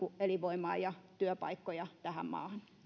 elinvoimaa ja työpaikkoja tähän maahan